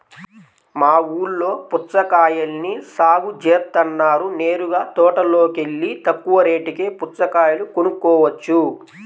మా ఊల్లో పుచ్చకాయల్ని సాగు జేత్తన్నారు నేరుగా తోటలోకెల్లి తక్కువ రేటుకే పుచ్చకాయలు కొనుక్కోవచ్చు